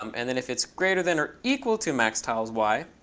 um and then if it's greater than or equal to max tiles y,